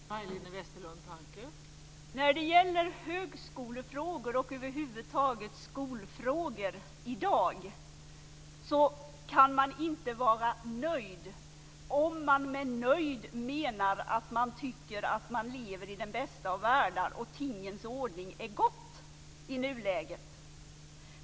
Fru talman! När det gäller högskolefrågor och skolfrågor över huvud taget i dag kan man inte vara nöjd om man med nöjd menar att man tycker att man lever i den bästa av världar och att tingens ordning är god i nuläget.